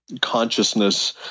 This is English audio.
consciousness